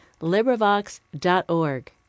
LibriVox.org